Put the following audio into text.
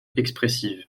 expressive